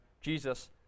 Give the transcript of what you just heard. Jesus